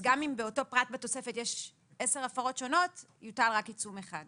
גם אם באותו פרט בתוספת יש 10 הפרות שונות יוטל רק עיצום אחד.